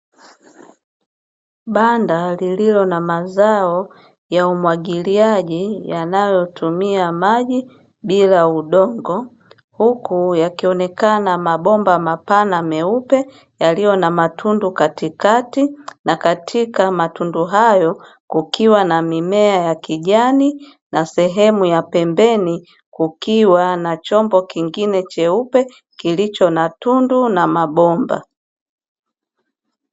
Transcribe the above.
Banda lililo na mazao ya umwagiliaji yanayotumia maji bila udongo, huku yakionekana mabomba mapana meupe yaliyo na matundu katikati, na katika matundu hayo kukiwa na mimea ya kijani, na sehemu ya pembeni kukiwa na chombo kingine cheupe kilicho na tundu na mabomba.